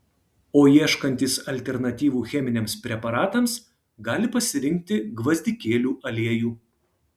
o ieškantys alternatyvų cheminiams preparatams gali pasirinkti gvazdikėlių aliejų